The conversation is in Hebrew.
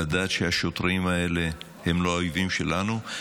לדעת שהשוטרים האלה הם לא האויבים שלנו,